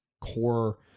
core